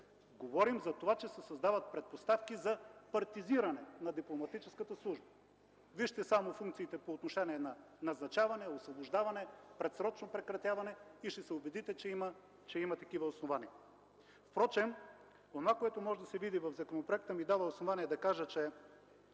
Говорим за това, че се създават предпоставки за партизиране на Дипломатическата служба. Вижте само функциите по отношение на назначаване, освобождаване, предсрочно прекратяване и ще се убедите, че има такива основания. Впрочем онова, което може да се види в законопроекта, ми дава основание да кажа, че